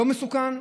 לא מסוכן?